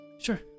Sure